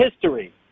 history